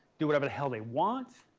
do whatever the hell they want,